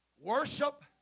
worship